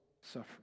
suffering